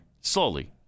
Slowly